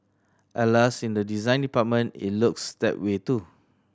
alas in the design department it looks that way too